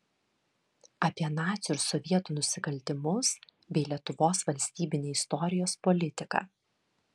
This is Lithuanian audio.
apie nacių ir sovietų nusikaltimus bei lietuvos valstybinę istorijos politiką